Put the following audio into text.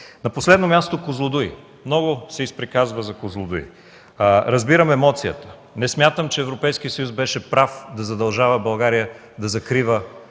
На последно място – „Козлодуй”. Много се изприказва за „Козлодуй”. Разбирам емоцията. Не смятам, че Европейският съюз беше прав да задължава България да закрива